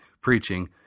preaching